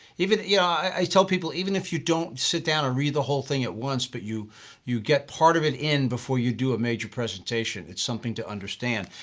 even yeah i tell people even if you don't sit down and read the whole thing at once but you you get part of it in, before you do a major presentation is something to understand.